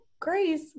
Grace